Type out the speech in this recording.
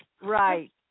right